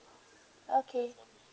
okay